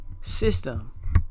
system